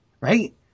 right